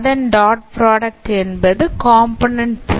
அதன் dot product என்பது component